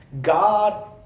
God